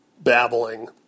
babbling